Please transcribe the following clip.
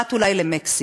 פרט אולי למקסיקו.